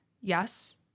yes